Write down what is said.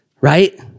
right